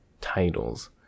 titles